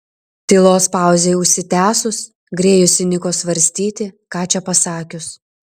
tylos pauzei užsitęsus grėjus įniko svarstyti ką čia pasakius